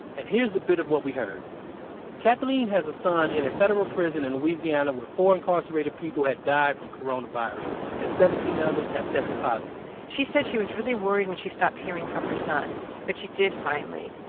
and here's a bit of what we heard kathleen has a son in a federal prison in louisiana where four incarcerated people who had died from coronavirus and seventeen others have tested positive she said she was really worried when she stopped hearing from her son, but she did finally.